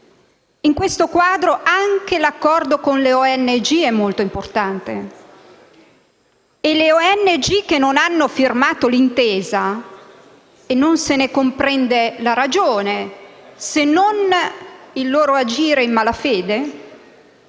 In questo quadro, anche l'accordo con le ONG è molto importante e le organizzazioni che non hanno firmato l'intesa - e non se ne comprende la ragione se non il loro agire in malafede